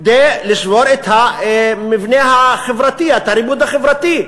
כדי לשבור את המבנה החברתי, את הריבוד החברתי,